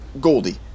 Goldie